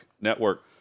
network